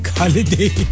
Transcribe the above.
holiday